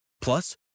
Plus